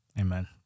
Amen